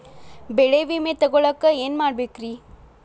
ಬೆಳೆ ವಿಮೆ ತಗೊಳಾಕ ಏನ್ ಮಾಡಬೇಕ್ರೇ?